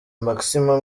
maximo